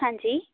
ਹਾਂਜੀ